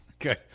Okay